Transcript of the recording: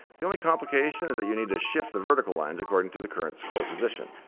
the only complication is that you need to shift the vertical lines according to the current scroll position.